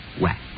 wax